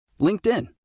LinkedIn